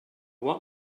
want